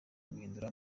guhindura